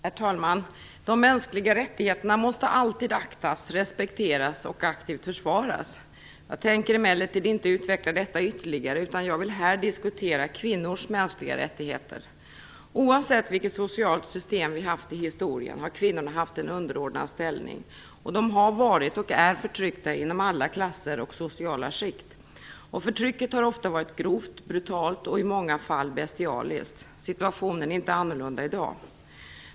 Herr talman! De mänskliga rättigheterna måste alltid aktas, respekteras och aktivt försvaras. Jag tänker emellertid inte utveckla detta ytterligare, utan jag vill här diskutera kvinnors mänskliga rättigheter. Oavsett vilket socialt system vi haft i historien har kvinnorna haft en underordnad ställning, och de har varit och är förtryckta inom alla klasser och sociala skikt. Förtrycket har ofta varit grovt, brutalt och i många fall bestialiskt. Situationen är inte annorlunda i dag.